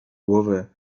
głowę